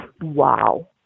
wow